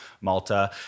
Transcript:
Malta